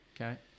Okay